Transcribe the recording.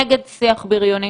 אני נגד שיח בריוני